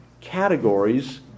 categories